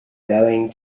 going